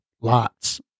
lots